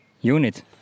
unit